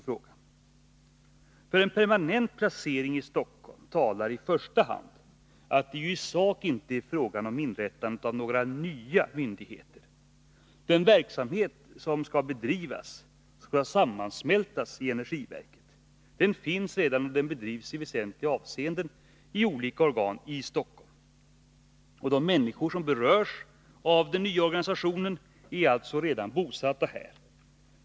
För en permanent placering i Stockholm talar i första hand att det i sak inte är fråga om inrättandet av några nya myndigheter. Det är mera så, att stora delar av den verksamhet som bedrivs skall sammansmältas i energiverket. Verksamheten finns redan, och den bedrivs i väsentliga avseenden i olika organ i Stockholm. De människor som berörs av den nya organisationen är alltså bosatta här.